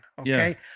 okay